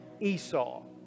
Esau